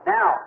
Now